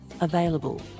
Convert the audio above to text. available